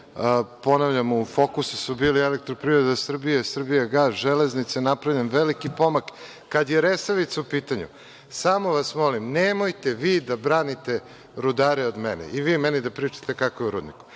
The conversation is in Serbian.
Ponavljam, u fokusu su bili „EPS“, „Srbijagas“, „Železnice“. Napravljen veliki pomak. Kad je „Resavica“ u pitanju, samo vas molim, nemojte vi da branite rudare od mene i vi meni da pričate kako je u rudniku.